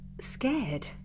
Scared